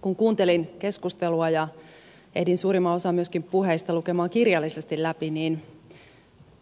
kun kuuntelin keskustelua ja ehdin suurimman osan puheista lukemaan myöskin kirjallisesti läpi